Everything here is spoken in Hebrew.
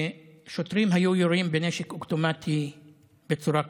שוטרים היו יורים בנשק אוטומטי בצורה כזאת.